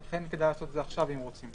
לכן כדאי לעשות את זה עכשיו, אם רוצים.